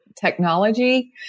technology